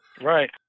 Right